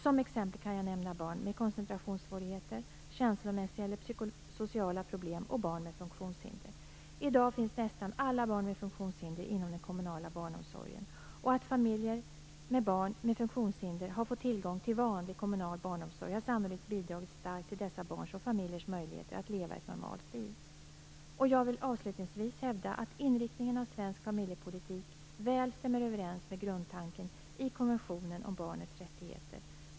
Som exempel kan jag nämna barn med koncentrationssvårigheter, känslomässiga eller psykosociala problem och barn med funktionshinder. I dag finns nästan alla barn med funktiosnhinder inom den kommunala barnomsorgen. Att familjer med barn med funktionshinder har fått tillgång till vanlig kommunala barnomsorg har sannolikt bidragit starkt till dessa barns och familjers möjligheter att leva ett normalt liv. Jag vill avslutningsvis hävda att inriktningen av svensk familjepolitik väl stämmer överens med grundtanken i konventionen om barnets rättigheter.